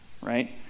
right